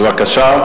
בבקשה.